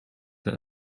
that